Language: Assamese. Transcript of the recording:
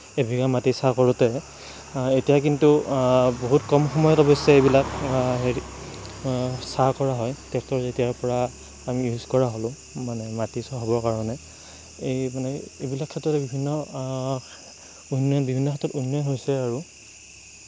এবিঘা মাটি চাহ কৰোঁতে এতিয়া কিন্তু বহুত কম সময়ত অৱশ্যে এইবিলাক হেৰি চাহ কৰা হয় ট্ৰেক্টৰ যেতিয়াৰ পৰা আমি ইউজ কৰা হ'লোঁ মানে মাটি চহাবৰ কাৰণে এই মানে এইবিলাক ক্ষেত্ৰতে বিভিন্ন উন্নয়ন বিভিন্ন ক্ষেত্ৰত উন্নয়ন হৈছে আৰু